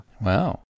Wow